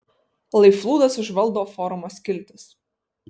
lai flūdas užvaldo forumo skiltis